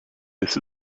this